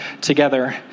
together